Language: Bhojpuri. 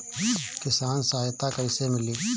किसान सहायता कईसे मिली?